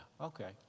Okay